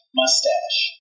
mustache